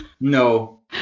No